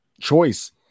choice